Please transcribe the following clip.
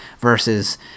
versus